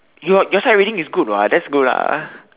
your your sight reading is good what that's good lah